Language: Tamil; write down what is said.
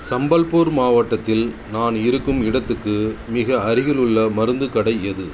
சம்பல்பூர் மாவட்டத்தில் நான் இருக்கும் இடத்துக்கு மிக அருகிலுள்ள மருந்துக் கடை எது